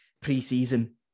pre-season